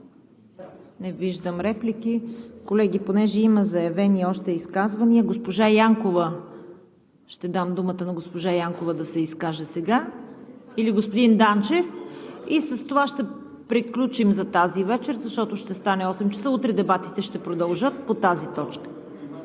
Не виждам. Колеги, понеже има заявени още изказвания, ще дам думата на госпожа Янкова да се изкаже сега, или господин Данчев. С това ще приключим за тази вечер, защото ще стане 20,00 ч. Утре дебатите ще продължат по тази точка.